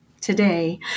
Today